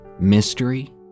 Mystery